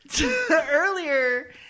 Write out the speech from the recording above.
Earlier